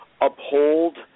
uphold